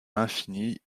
l’infini